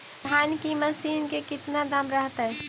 धान की मशीन के कितना दाम रहतय?